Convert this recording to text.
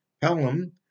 Pelham